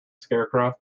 scarecrow